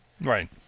Right